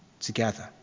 together